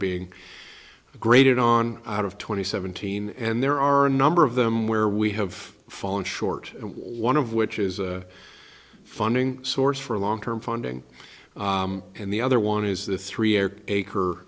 being graded on out of twenty seventeen and there are a number of them where we have fallen short one of which is a funding source for long term funding and the other one is the three air